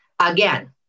Again